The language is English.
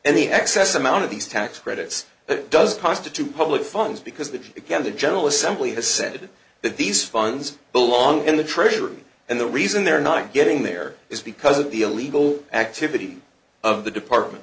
the excess amount of these tax credits that does constitute public funds because they have the general assembly has said that these funds belong in the treasury and the reason they're not getting there is because of the illegal activity of the department